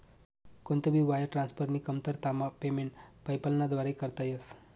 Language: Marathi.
कोणता भी वायर ट्रान्सफरनी कमतरतामा पेमेंट पेपैलना व्दारे करता येस